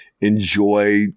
enjoy